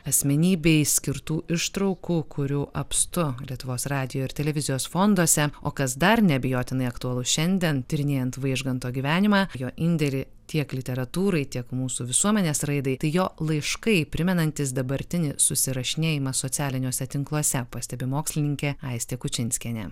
asmenybei skirtų ištraukų kurių apstu lietuvos radijo ir televizijos fonduose o kas dar neabejotinai aktualus šiandien tyrinėjant vaižganto gyvenimą jo indėlį tiek literatūrai tiek mūsų visuomenės raidai tai jo laiškai primenantys dabartinį susirašinėjimą socialiniuose tinkluose pastebi mokslininkė aistė kučinskienė